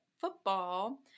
football